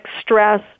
stress